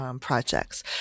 projects